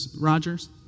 Rogers